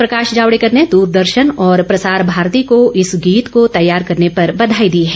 प्रकाश जावड़ेकर ने द्रदर्शन और प्रसार भारती को इस गीत को तैयार करने पर बधाई दी है